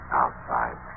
outside